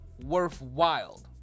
worthwhile